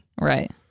Right